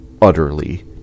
utterly